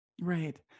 Right